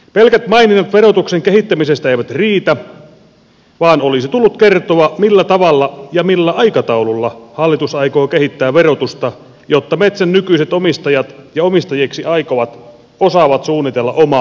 pelkät maininnat verotuksen kehittämisestä eivät riitä vaan olisi tullut kertoa millä tavalla ja millä aikataululla hallitus aikoo kehittää verotusta jotta metsän nykyiset omistajat ja omistajiksi aikovat osaavat suunnitella omaa talouttaan